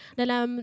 dalam